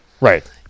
Right